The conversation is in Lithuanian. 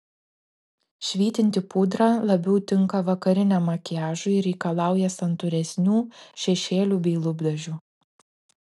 švytinti pudra labiau tinka vakariniam makiažui ir reikalauja santūresnių šešėlių bei lūpdažių